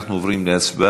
אנחנו עוברים להצבעה,